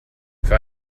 für